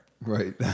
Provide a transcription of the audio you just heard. Right